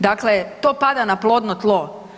Dakle, to pada na plodno tlo.